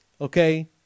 okay